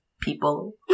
people